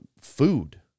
food